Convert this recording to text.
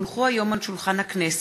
כי הונחו היום על שולחן הכנסת,